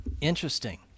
interesting